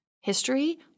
history